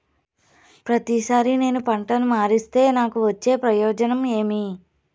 ప్రతిసారి నేను పంటను మారిస్తే నాకు వచ్చే ప్రయోజనం ఏమి?